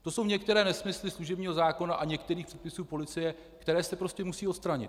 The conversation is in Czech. To jsou některé nesmysly služebního zákona a některých předpisů policie, které se musí odstranit.